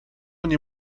nie